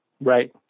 Right